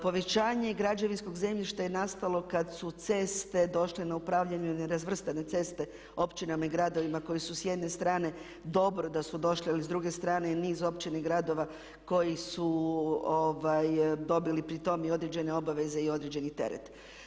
Povećanje građevinskog zemljišta je nastalo kad su ceste došle na upravljanje, nerazvrstane ceste općinama i gradovima koji su s jedne strane dobro da su došle ali s druge strane niz općina i gradova koji su dobili pritom i određene obveze i određeni teret.